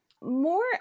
More